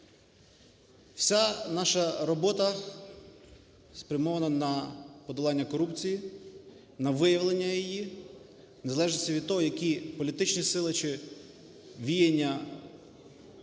Вся наша робота спрямована на подолання корупції, на виявлення її, в незалежності від того, які політичні сили чи віяння